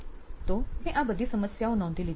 તો મેં આ બધી સમસ્યાઓ નોંધી લીધી